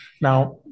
Now